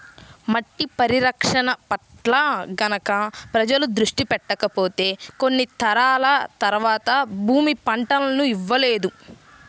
మట్టి పరిరక్షణ పట్ల గనక ప్రజలు దృష్టి పెట్టకపోతే కొన్ని తరాల తర్వాత భూమి పంటలను ఇవ్వలేదు